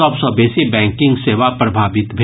सभ सॅ बेसी बैंकिंग सेवा प्रभावित भेल